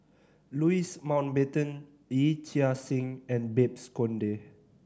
Louis Mountbatten Yee Chia Hsing and Babes Conde